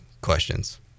questions